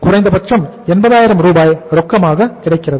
குறைந்தபட்சம் 80000 ரூபாய் ரொக்கமாக கிடைக்கிறது